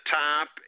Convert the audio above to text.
top